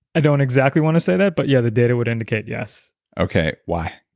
i don't exactly want to say that, but yeah, the data would indicate, yes okay. why?